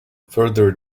further